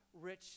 rich